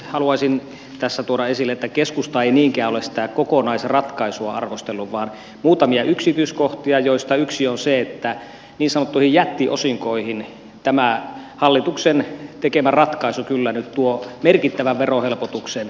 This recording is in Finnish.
haluaisin tässä tuoda esille että keskusta ei niinkään ole sitä kokonaisratkaisua arvostellut vaan muutamia yksityiskohtia joista yksi on se että niin sanottuihin jättiosinkoihin tämä hallituksen tekemä ratkaisu kyllä nyt tuo merkittävän verohelpotuksen